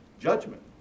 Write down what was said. judgment